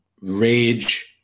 rage